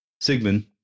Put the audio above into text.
Sigmund